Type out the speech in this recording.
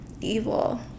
evil